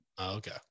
Okay